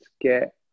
get